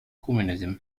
communism